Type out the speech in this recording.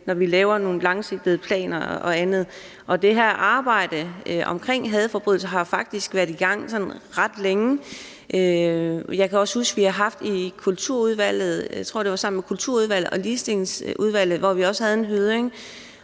at vi laver nogle langsigtede planer og andet, og det her arbejde vedrørende hadforbrydelser har faktisk været i gang ret længe. Jeg kan også huske, at vi i Kulturudvalget – jeg tror, det var sammen med Ligestillingsudvalget – havde en høring